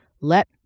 let